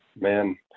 man